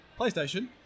PlayStation